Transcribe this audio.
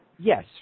Yes